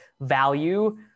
value